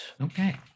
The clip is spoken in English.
Okay